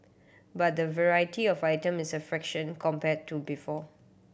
but the variety of items is a fraction compared to before